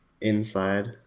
Inside